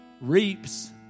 reaps